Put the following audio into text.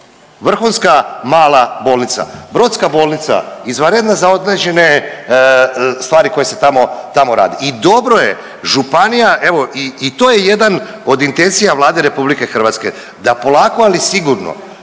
Vrhunska mala bolnica. Brodska bolnica izvanredna za određene stvari koje se tamo rade. I dobro je županija evo i to je jedan od intencija Vlade Republike Hrvatske, da polako ali sigurno